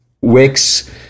Wicks